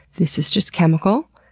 this is just chemical.